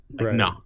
No